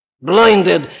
Blinded